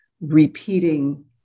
repeating